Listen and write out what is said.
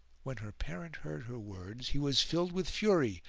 when her parent heard her words he was filled with fury,